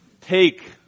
take